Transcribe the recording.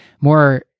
more